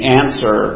answer